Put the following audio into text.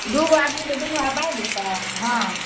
दुइ गो आदमीके दुनू हाथ गामदिस पकड़ाएब हँ